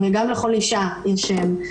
גם לכל אישה יש שם.